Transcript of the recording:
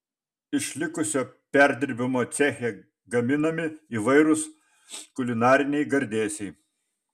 iš likusio perdirbimo ceche gaminami įvairūs kulinariniai gardėsiai